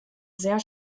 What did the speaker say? sehr